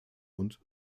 und